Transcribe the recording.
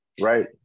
right